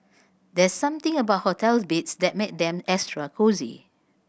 there's something about hotel beds that make them extra cosy